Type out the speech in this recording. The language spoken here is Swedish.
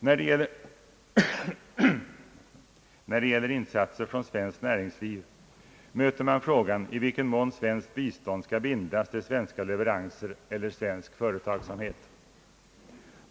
När det gäller insatser från svenskt näringsliv, möter man frågan i vilken mån svenskt bistånd skall bindas till svenska leveranser eiler svensk företagsamhet.